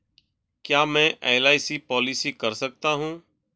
क्या मैं LIC policy कर सकता हूं?